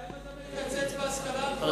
יוחנן פלסנר (קדימה): בינתיים אתה מקצץ בהשכלה הגבוהה.